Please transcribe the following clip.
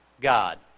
God